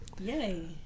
Yay